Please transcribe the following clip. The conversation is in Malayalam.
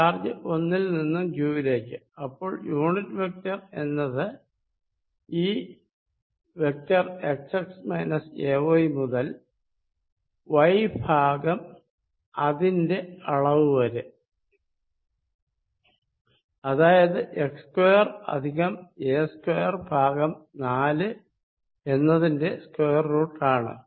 ചാർജ് 1 ൽ നിന്നും q വിലേക്ക് അപ്പോൾ യൂണിറ്റ് വെക്ടർ എന്നത് ഈ വെക്ടർ xx ay മുതൽ വൈ ഭാഗം അതിന്റെ അളവ് വരെ അതായത് എക്സ് സ്ക്വയർ അധികം എ സ്ക്വയർ ഭാഗം നാല് എന്നതിന്റെ സ്ക്വയർ റൂട്ട് ആണ്